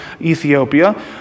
Ethiopia